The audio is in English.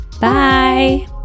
bye